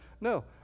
No